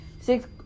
six